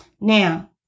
Now